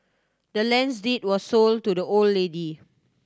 the land's deed was sold to the old lady